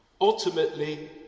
Ultimately